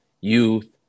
youth